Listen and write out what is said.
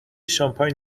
شامپاین